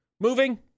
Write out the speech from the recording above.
Moving